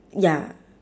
ya